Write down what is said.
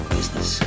Business